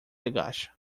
agacha